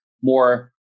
more